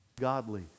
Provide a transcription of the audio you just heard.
godly